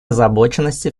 озабоченности